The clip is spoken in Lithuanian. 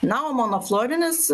na o monoflorinis